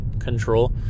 Control